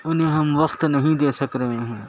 انہیں ہم وقت نہیں دے سک رہے ہیں